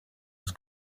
was